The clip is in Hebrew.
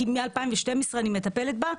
מ-2012, אני מטפלת בה.